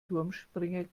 turmspringer